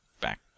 back